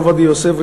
הרב עובדיה יוסף,